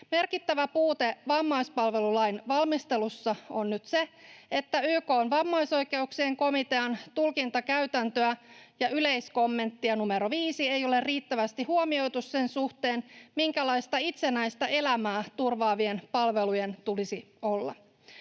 Merkittävä puute vammaispalvelulain valmistelussa on nyt se, että YK:n vammaisoikeuksien komitean tulkintakäytäntöä ja yleiskommenttia numero 5 ei ole riittävästi huomioitu sen suhteen, minkälaisia itsenäistä elämää turvaavien palvelujen tulisi olla.